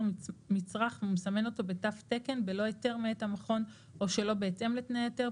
מצרך ומסמן אותו בתו תקן בלא היתר מאת המכון או שלא בהתאם לתנאי ההיתר,